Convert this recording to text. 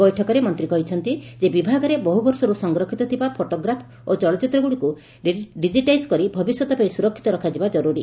ବୈଠକରେ ମନ୍ତୀ କହିଥିଲେ ଯେ ବିଭାଗରେ ବହୁବର୍ଷରୁ ସଂରକ୍ଷିତ ଥିବା ଫଟୋଗ୍ରାଫ୍ ଓ ଚଳଚିତ୍ରଗୁଡ଼ିକୁ ଡିକିଟାଇଜ୍ କରି ଭବିଷ୍ୟତ ପାଇଁ ସୁରକ୍ଷିତ ରଖାଯିବା ଜରୁରି